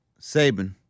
Saban